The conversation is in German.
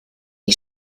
die